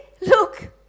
look